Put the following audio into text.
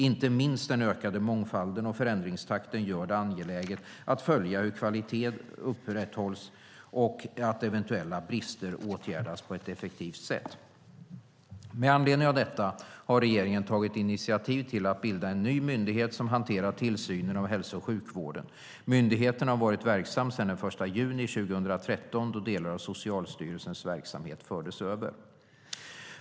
Inte minst den ökade mångfalden och förändringstakten gör det angeläget att följa hur kvalitet upprätthålls och att eventuella brister åtgärdas på ett effektivt sätt. Med anledning av detta har regeringen tagit initiativ till att bilda en ny myndighet som hanterar tillsynen av hälso-och sjukvården. Myndigheten har varit verksam sedan den 1 juni 2013 då delar av Socialstyrelsens verksamhet fördes över.